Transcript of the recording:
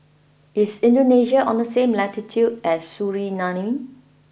is Indonesia on the same latitude as Suriname